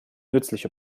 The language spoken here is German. nützliche